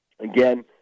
Again